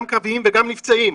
גם קרביים וגם נפצעים.